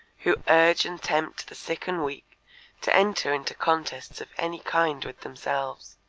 who urge and tempt the sick and weak to enter into contests of any kind with themselves